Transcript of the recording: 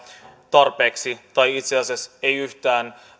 tarpeeksi tai itse asiassa ei yhtään